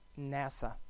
NASA